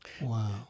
Wow